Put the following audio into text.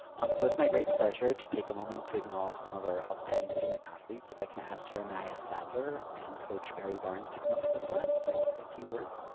um so, it's my great pleasure to take a moment to acknowledge some of our outstanding student athletes. so if i can ask jeremiah sadler and coach barry barnes to come up to the front so i can say a few words?